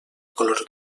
color